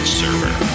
server